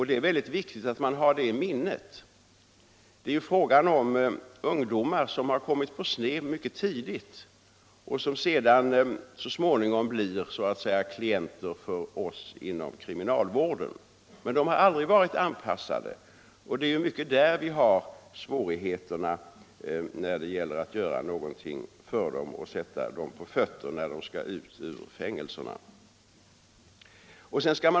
Det är väldigt viktigt att ha detta i minnet. Det är frågan om ungdomar som har kommit på sned mycket tidigt och som sedan så småningom blir vad vi kallar klienter för oss inom kriminalvården. Men de har aldrig varit anpassade till samhället, och det är till stor del i detta förhållande som vi har svårigheterna när det gäller att göra något för dem och sätta dem på fötter när de skall ut ur fängelset.